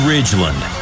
Ridgeland